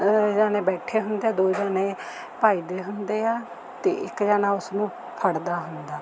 ਜਣੇ ਬੈਠੇ ਹੁੰਦੇ ਹੈ ਅਤੇ ਦੋ ਜਣੇ ਭੱਜਦੇ ਹੁੰਦੇ ਹੈ ਅਤੇ ਇੱਕ ਜਣਾ ਉਸਨੂੰ ਫੜਦਾ ਹੁੰਦਾ